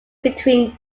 between